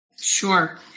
Sure